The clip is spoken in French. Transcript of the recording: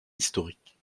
historique